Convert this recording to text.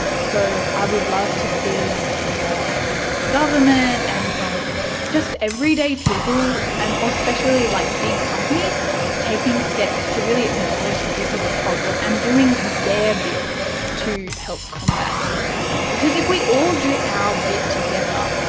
so i would love to see more action from the government and from just everyday people, and especially like big companies taking steps to really acknowledge that this is a problem and doing their bit to help combat what's happening. because if we all do our bit together,